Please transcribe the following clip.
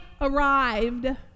arrived